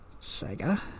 Sega